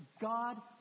God